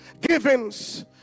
givings